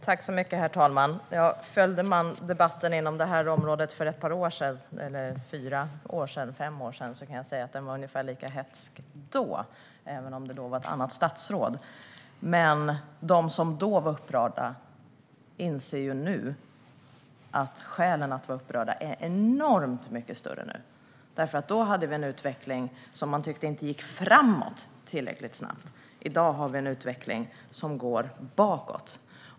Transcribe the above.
Herr talman! För fyra fem år sedan var debatten på det här området ungefär lika hätsk, även om det då var ett annat statsråd. De som då var upprörda inser att skälen att vara upprörda är enormt mycket större nu. Då tyckte man inte att utvecklingen gick framåt tillräckligt snabbt. I dag går utvecklingen bakåt.